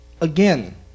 again